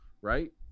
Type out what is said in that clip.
right